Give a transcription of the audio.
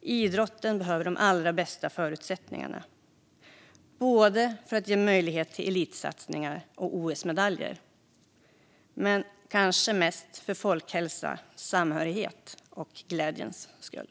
Idrotten behöver de allra bästa förutsättningarna för att ge möjligheter till både elitsatsningar och OS-medaljer men kanske mest för folkhälsans, samhörighetens och glädjens skull.